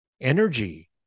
energy